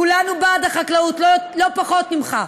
כולנו בעד החקלאות לא פחות ממך.